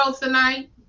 tonight